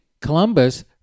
Columbus